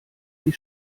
wie